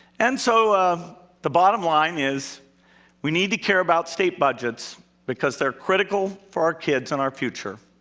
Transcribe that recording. and so the bottom line is we need to care about state budgets because they're critical for our kids and our future.